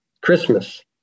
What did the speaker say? Christmas